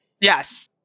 yes